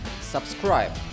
subscribe